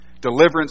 deliverance